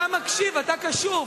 אתה מקשיב, אתה קשוב.